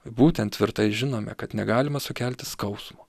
būtent tvirtai žinome kad negalima sukelti skausmo